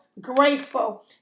grateful